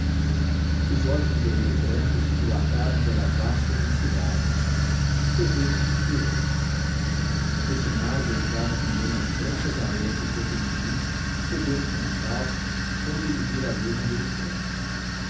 os olhos do guerreiro branco se dilataram pela vasta imensidade seu peito suspirou esse mar beijava também as brancas areias do potengi seu berço natal onde ele vira a luz americana